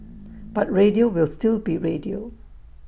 but radio will still be radio